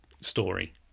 story